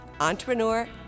entrepreneur